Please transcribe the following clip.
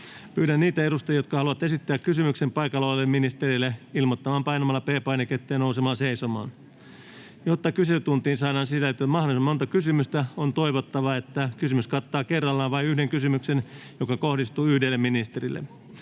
Pyydän niitä edustajia, jotka haluavat esittää kysymyksen ministerille, ilmoittautumaan painamalla P-painiketta ja nousemalla seisomaan. Jotta kyselytuntiin saadaan sisällytettyä mahdollisimman monta kysyjää, on toivottavaa, että kysymys kattaa kerrallaan vain yhden kysymyksen, joka kohdistuu yhdelle ministerille.